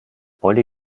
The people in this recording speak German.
molly